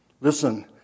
listen